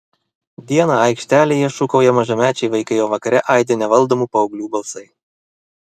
dieną aikštelėje šūkauja mažamečiai vaikai o vakare aidi nevaldomų paauglių balsai